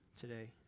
today